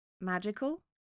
magical